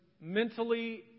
mentally